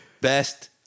Best